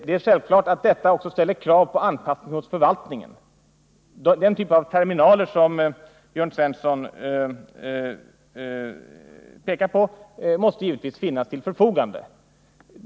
Det ställer givetvis krav på anpassning hos förvaltningen, och den typ av terminaler som Jörn Svensson pekar på måste stå till förfogande.